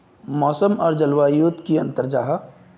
मौसम आर जलवायु युत की अंतर जाहा?